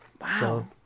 Wow